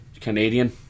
Canadian